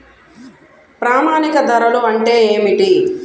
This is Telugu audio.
ప్రామాణిక ధరలు అంటే ఏమిటీ?